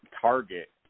target